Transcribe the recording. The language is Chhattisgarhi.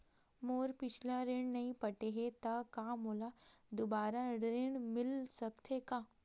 मोर पिछला ऋण नइ पटे हे त का मोला दुबारा ऋण मिल सकथे का?